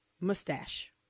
mustache